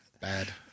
bad